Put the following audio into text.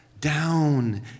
down